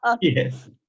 Yes